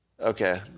Okay